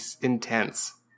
intense